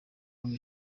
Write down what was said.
banki